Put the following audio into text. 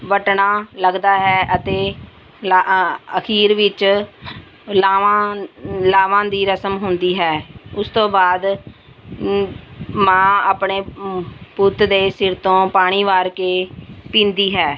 ਬਟਣਾ ਲੱਗਦਾ ਹੈ ਅਤੇ ਲਾ ਅ ਅਖੀਰ ਵਿੱਚ ਲਾਵਾਂ ਲਾਵਾਂ ਦੀ ਰਸਮ ਹੁੰਦੀ ਹੈ ਉਸ ਤੋਂ ਬਾਅਦ ਮਾਂ ਆਪਣੇ ਪੁੱਤ ਦੇ ਸਿਰ ਤੋਂ ਪਾਣੀ ਵਾਰ ਕੇ ਪੀਂਦੀ ਹੈ